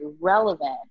relevant